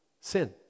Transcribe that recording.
Sin